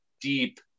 deep